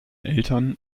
eltern